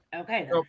Okay